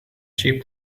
sheep